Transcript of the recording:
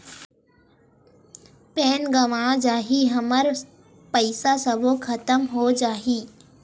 Pan गंवा जाही हमर पईसा सबो खतम हो जाही?